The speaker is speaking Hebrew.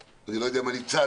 אני לא יודע אם אני צד,